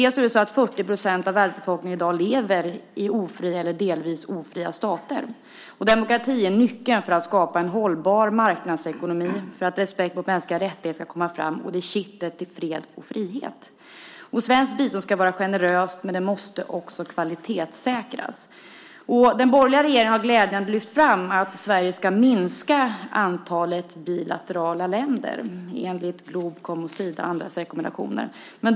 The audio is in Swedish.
40 % av världsbefolkningen lever i dag i ofria eller delvis ofria stater. Demokrati är nyckeln för att skapa en hållbar marknadsekonomi, för att respekt för mänskliga rättigheter ska komma fram, och det är kittet till fred och frihet. Svenskt bistånd ska vara generöst, men det måste också kvalitetssäkras. Den borgerliga regeringen har glädjande nog lyft fram att Sverige ska minska antalet länder som man har bilateralt samarbete med, i enlighet med Globkoms, Sidas och andras rekommendationer.